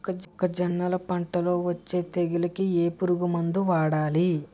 మొక్కజొన్నలు పంట లొ వచ్చే తెగులకి ఏ పురుగు మందు వాడతారు?